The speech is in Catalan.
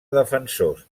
defensors